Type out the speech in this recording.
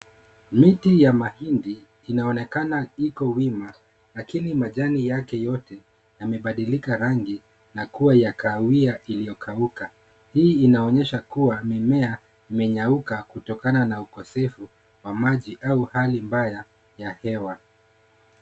Miti ya mahidi inaonekana iko wima, lakini majani yake yote yamebadilika rangi na kuwa ya kahawia iliyokauka. Hii inaonyesha kuwa, mimea imenyauka kutokana na ukosefu wa maji au hali mbaya ya hewa.